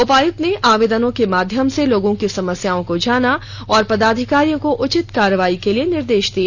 उपायुक्त ने आवेदनों के माध्यम से लोगों की समस्याओं को जाना और पदाधिकारियों को उचित कार्रवाई के लिए निर्देश दिए